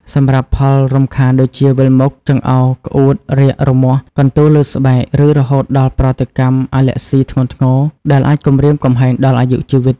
សម្រាប់ផលរំខាន់ដូចជា វិលមុខ ចង្អោរ ក្អួត រាគ រមាស់ កន្ទួលលើស្បែក ឬរហូតដល់ប្រតិកម្មអាលែហ្ស៊ីធ្ងន់ធ្ងរ ដែលអាចគំរាមកំហែងដល់អាយុជីវិត។